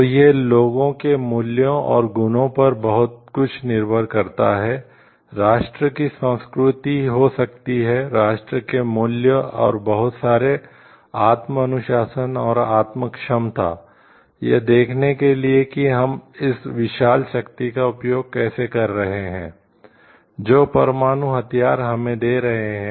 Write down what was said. तो यह लोगों के मूल्यों और गुणों पर बहुत कुछ निर्भर करता है राष्ट्र की संस्कृति हो सकती है राष्ट्र के मूल्य और बहुत सारे आत्म अनुशासन और आत्म क्षमता यह देखने के लिए कि हम इस विशाल शक्ति का उपयोग कैसे कर रहे हैं जो परमाणु हथियार हमें दे रहे हैं